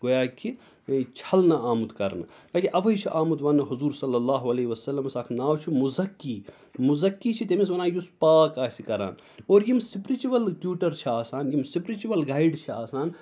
گویا کہِ یِہوٚے چھَلنہٕ آمُت کَرنہٕ ییٚکیٛاہ اَوَے چھِ آمُت وَنٛنہٕ حضوٗر صلی اللہ علیہ وسلمَس اَکھ ناو چھُ مُزَکی مُزَکی چھِ تٔمِس وَنان یُس پاک آسہِ کَران اور یِم سِپرِچُوَل ٹیوٗٹَر چھِ آسان یِم سِپرِچُوَل گایِڈ چھِ آسان